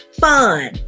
fun